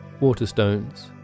Waterstones